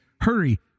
Hurry